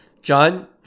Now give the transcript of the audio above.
John